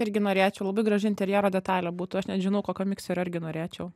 irgi norėčiau labai graži interjero detalė būtų aš net žinau kokio mikserio irgi norėčiau